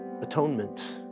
atonement